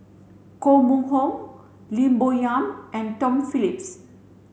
Koh Mun Hong Lim Bo Yam and Tom Phillips